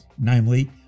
namely